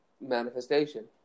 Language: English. manifestation